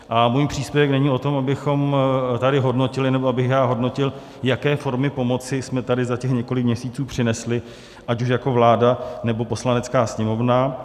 A můj příspěvek není o tom, abychom tady hodnotili, nebo abych já hodnotil, jaké formy pomoci jsme tady za těch několik měsíců přinesli, ať už jako vláda, nebo Poslanecká sněmovna.